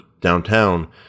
downtown